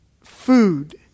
Food